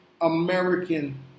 American